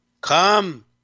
Come